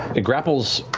it grapples.